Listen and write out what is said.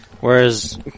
Whereas